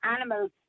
animals